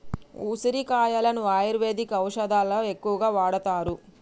ఉసిరికాయలను ఆయుర్వేద ఔషదాలలో ఎక్కువగా వాడుతారు